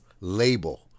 label